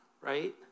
right